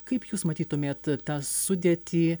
kaip jūs matytumėt tą sudėtį